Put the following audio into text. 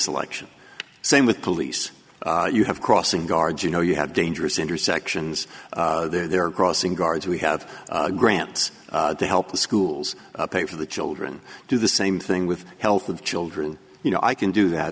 selection same with police you have crossing guards you know you have dangerous intersections they're crossing guards we have grants to help the schools pay for the children do the same thing with health of children you know i can do that